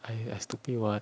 I I stupid what